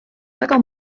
väga